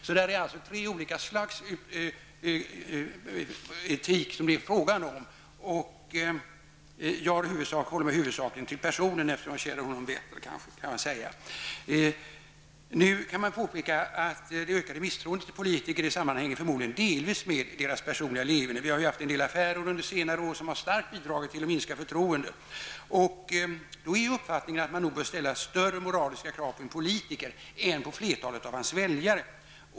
Det är alltså frågan om tre olika slags etik. Jag håller mig i huvudsak till personen. Jag vill påpeka att det ökade misstroendet mot politiker förmodligen hänger samman med deras personliga leverne. Vi har haft en del affärer under senare år som starkt har bidragit till att minska förtroendet. Uppfattningen är att större moraliska krav bör ställas på politiker än på flertalet av väljarna.